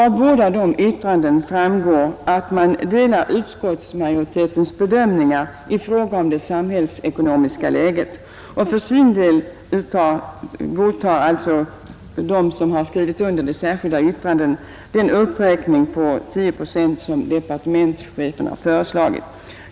Av båda yttrandena framgår att man delar utskottsmajoritetens bedömningar i fråga om det samhällsekonomiska läget och godtar den uppräkning av anslaget med 10 procent som departementschefen föreslagit.